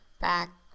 Back